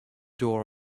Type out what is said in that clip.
door